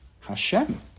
Hashem